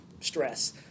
stress